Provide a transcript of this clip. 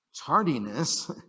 tardiness